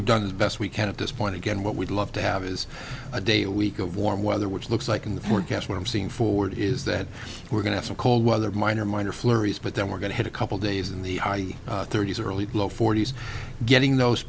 we've done as best we can at this point again what we'd love to have is a day a week of warm weather which looks like in the forecast what i'm seeing forward is that we're going to some cold weather minor minor flurries but then we're going to head a couple days in the high thirty's early forty's getting those